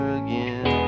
again